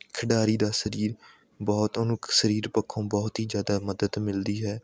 ਖਿਡਾਰੀ ਦਾ ਸਰੀਰ ਬਹੁਤ ਉਹਨੂੰ ਸਰੀਰ ਪੱਖੋਂ ਬਹੁਤ ਹੀ ਜ਼ਿਆਦਾ ਮਦਦ ਮਿਲਦੀ ਹੈ